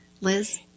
Liz